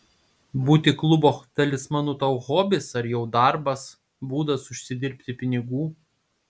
būti klubo talismanu tau hobis ar jau darbas būdas užsidirbti pinigų